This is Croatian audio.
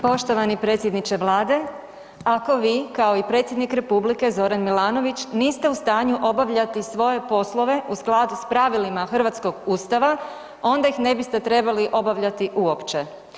Poštovani predsjedniče Vlade, ako vi kao i predsjednik Republike Zoran Milanović niste u stanju obavljati svoje poslove u skladu sa pravilima hrvatskog Ustava, onda ih ne biste trebali obavljati uopće.